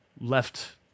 left